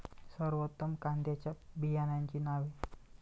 सर्वोत्तम कांद्यांच्या बियाण्यांची नावे?